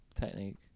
technique